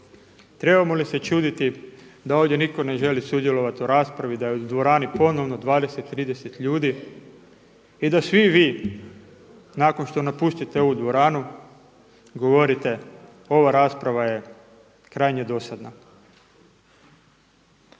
Trebamo li se čuditi da ovdje nitko ne želi sudjelovati u raspravi, da je u dvorani ponovno 20, 30 ljudi i da svi vi nakon što napustite ovu dvoranu govorite ova rasprava je krajnje dosadna?